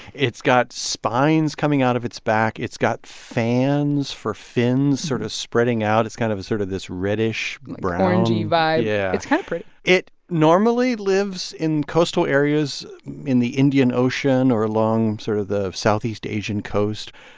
it's got spines coming out of its back. it's got fans for fins sort of spreading out. it's kind of a sort of this reddish brown like, orange-y vibe yeah it's kind of pretty it normally lives in coastal areas in the indian ocean or along sort of the southeast asian coast.